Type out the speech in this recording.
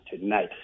tonight